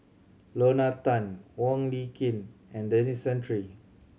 Lorna Tan Wong Lin Ken and Denis Santry